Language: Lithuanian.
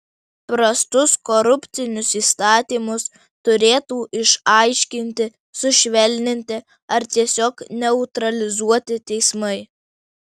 prastus korupcinius įstatymus turėtų išaiškinti sušvelninti ar tiesiog neutralizuoti teismai